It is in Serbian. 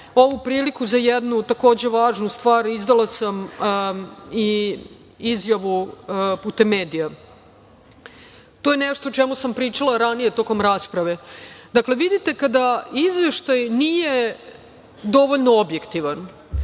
ovu priliku za jednu, takođe važnu stvar izdala sam i izjavu putem medija. To je nešto o čemu sam pričala ranije tokom rasprave. Dakle, vidite kada Izveštaj nije dovoljno objektivan